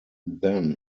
then